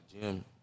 gym